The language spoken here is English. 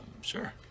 Sure